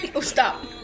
stop